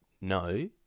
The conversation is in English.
No